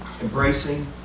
embracing